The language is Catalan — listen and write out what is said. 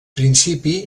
principi